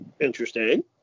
Interesting